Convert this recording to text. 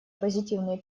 позитивные